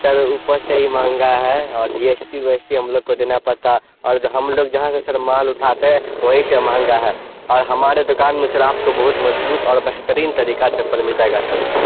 سر اوپر سے ہی مہنگا ہے اور G S T V S T ہم لوگ کو دینا پڑتا اور جو ہم لوگ جہاں سے سر مال اٹھاتے ہیں وہیں سے مہنگا ہے اور ہمارے دکان میں سر آپ کو بہت مضبوط اور بہترین طریقہ چپل مل جائے گا سر